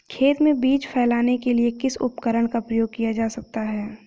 खेत में बीज फैलाने के लिए किस उपकरण का उपयोग किया जा सकता है?